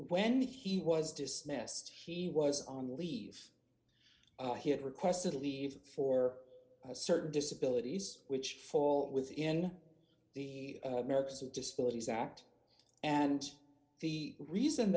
when he was dismissed he was on leave he had requested a leave for a certain disability which fall within the americans with disabilities act and the reason